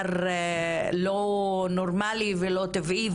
דבר לא נורמלי ולא טבעי,